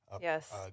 yes